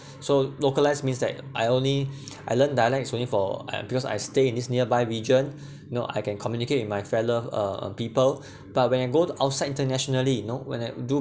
so localized means that I only I learned dialects only for because I stay in this nearby region know I can communicate with my fellow uh um people but when I go to outside internationally you know when I do